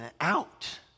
out